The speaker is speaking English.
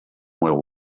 will